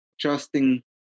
trusting